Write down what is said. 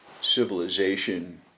civilization